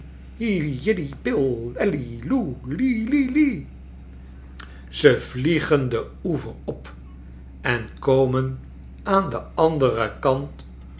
ze vliegen den oever op en komen aan den anderen kant